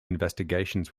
investigations